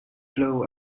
blow